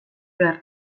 behar